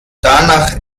danach